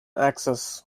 access